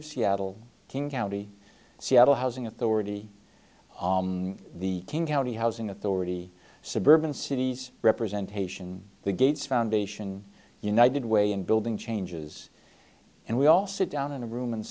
of seattle king county seattle housing authority the county housing authority suburban cities representation the gates foundation united way and building changes and we all sit down in a room and